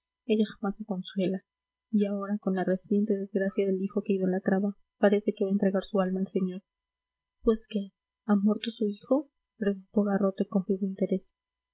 ella jamás se consuela y ahora con la reciente desgracia del hijo que idolatraba parece que va a entregar su alma al señor pues qué ha muerto su hijo preguntó garrote con vivo interés